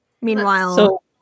Meanwhile